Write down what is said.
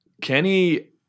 Kenny